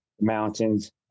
mountains